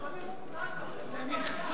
זה הכול ממוחזר כבר, זה מיחזור.